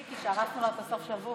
לנורית של מיקי, שהרסנו לה את סוף השבוע.